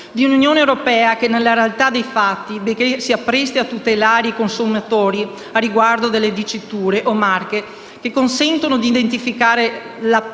Di una Unione europea che, nella realtà dei fatti, benché si appresti a tutelare i consumatori riguardo alle diciture o marche che consentono di identificare la partita